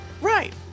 Right